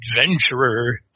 adventurer